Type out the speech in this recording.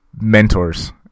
mentors